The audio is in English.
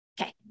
Okay